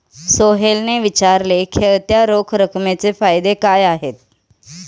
सोहेलने विचारले, खेळत्या रोख रकमेचे फायदे काय आहेत?